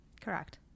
correct